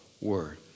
word